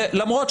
למרות,